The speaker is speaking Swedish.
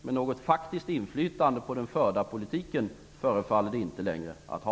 Men något faktiskt inflytande på den förda politiken förefaller det inte längre ha.